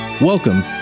Welcome